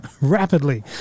rapidly